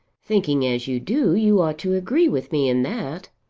thinking as you do, you ought to agree with me in that.